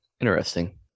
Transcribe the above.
Interesting